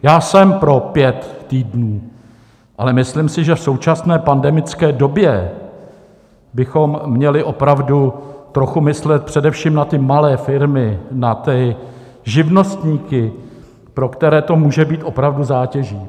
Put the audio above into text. Já jsem pro pět týdnů, ale myslím si, že v současné pandemické době bychom měli opravdu trochu myslet především na malé firmy, na živnostníky, pro které to může být opravdu zátěží.